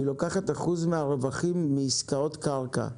היא לוקחת אחוז מן הרווחים מעסקאות קרקע.